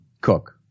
Cook